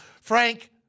Frank